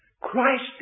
Christ